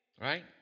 right